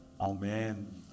Amen